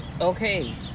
okay